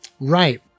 Right